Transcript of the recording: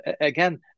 again